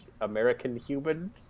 American-human